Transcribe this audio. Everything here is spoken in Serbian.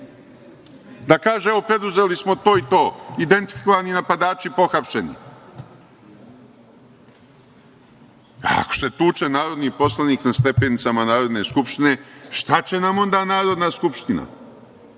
da kaže – evo preduzeli smo to i to i da identifikovani napadači budu pohapšeni. Ako se tuče narodni poslanik na stepenicama Narodne skupštine šta će nam onda Narodna skupština.